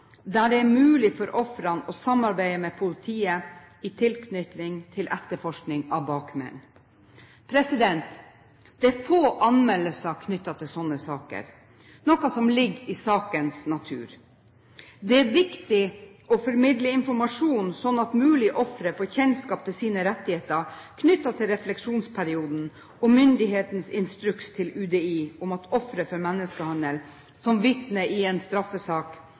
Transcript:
der det er mulig for ofrene å samarbeide med politiet i tilknytning til etterforskning av bakmenn. Det er få anmeldelser knyttet til slike saker, noe som ligger i sakens natur. Det er viktig å formidle informasjon slik at mulige ofre får kjennskap til sine rettigheter knyttet til refleksjonsperioden og myndighetens instruks til UDI om at ofre for menneskehandel som vitner i en straffesak